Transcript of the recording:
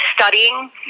studying